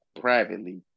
privately